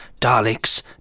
Daleks